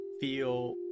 feel